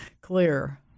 clear